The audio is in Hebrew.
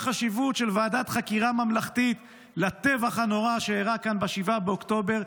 את החשיבות של ועדת חקירה ממלכתית לטבח הנורא שאירע כאן ב-7 באוקטובר,